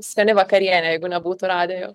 skani vakarienė jeigu nebūtų radę jo